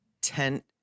tent